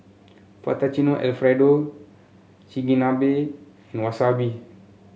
Fettuccine Alfredo Chigenabe and Wasabi